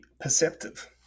perceptive